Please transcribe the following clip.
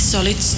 Solid